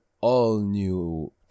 all-new